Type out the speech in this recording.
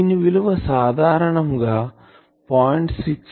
దీని విలువ సాధారణం గా 0